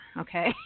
okay